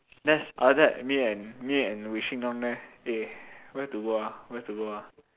that's after that me and me and Wei-Shin down there eh where to go ah where to go ah